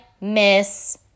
miss